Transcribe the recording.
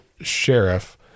sheriff